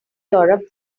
europe